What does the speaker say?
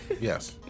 Yes